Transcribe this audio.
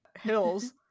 hills